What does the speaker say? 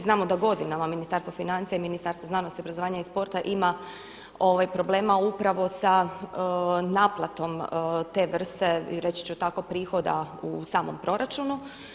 Znamo da godinama Ministarstvo financija i Ministarstvo znanosti, obrazovanja i sporta ima problema upravo sa naplatom te vrste i reći ću tako prihoda u samom proračunu.